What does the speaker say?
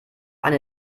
eine